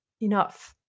enough